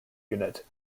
unit